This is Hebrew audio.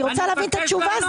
אני רוצה להבין את התשובה,